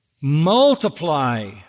multiply